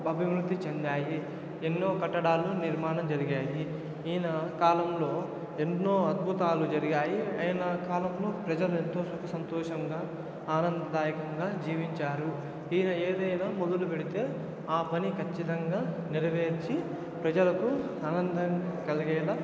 అభివృద్ధి చెందాయి ఎన్నో కట్టడాలు నిర్మాణం జరిగాయి ఈయన కాలంలో ఎన్నో అద్భుతాలు జరిగాయి ఆయన కాలంలో ప్రజలు ఎంతో సంతోషంగా ఆనందదాయకంగా జీవించారు ఈయన ఏదైనా మొదలుపెడితే ఆ పని కచ్చితంగా నెరవేర్చి ప్రజలకు ఆనందాన్ని కలిగేలా